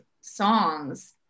songs